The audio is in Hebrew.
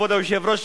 כבוד היושב-ראש,